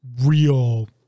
real